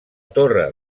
torre